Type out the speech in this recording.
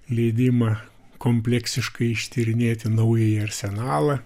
leidimą kompleksiškai ištyrinėti naująjį arsenalą